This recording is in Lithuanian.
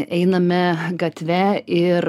einame gatve ir